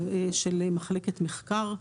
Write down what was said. של מחלקת מחקר.